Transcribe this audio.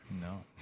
No